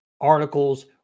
articles